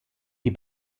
die